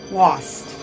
lost